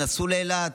נסעו לאילת,